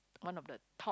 one of the top